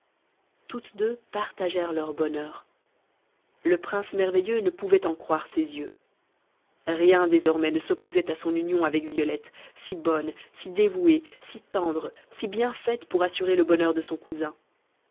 toutes deux partagèrent leur bonheur le prince merveilleux ne pouvait en croire ses yeux rien désormais ne s'opposait à son union avec violette si bonne si dévouée si tendre si bien faite pour assurer le bonheur de son cousin